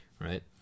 right